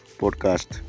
podcast